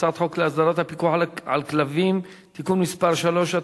הצעת חוק להסדרת הפיקוח על כלבים (תיקון מס' 3),